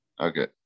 Okay